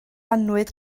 annwyd